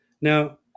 Now